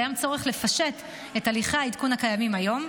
קיים צורך לפשט את הליכי העדכון הקיימים כיום,